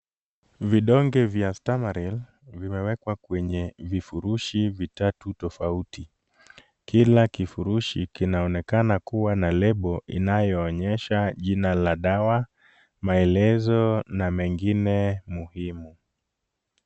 Vidonge vya stamaril vimewekwa kwenye vifurushi vitatu tofauti. Kila kifurushi kinaonekana kuwa na lebo inayoonyesha jina la dawa, maelezo na mengine muhimu.